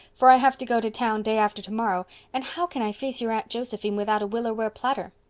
for i have to go to town day after tomorrow and how can i face your aunt josephine without a willow-ware platter?